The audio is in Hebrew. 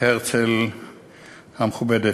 הרצל המכובדת,